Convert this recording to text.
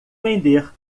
vender